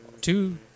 two